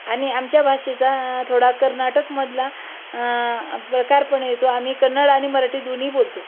आणि आमच्या भाषेचा थोडा कर्नाटकमधला प्रकार पण येतो आम्ही कन्नड आणि मराठी दोन्ही बोलतो